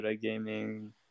gaming